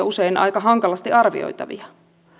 usein aika hankalasti arvioitavia